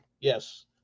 Yes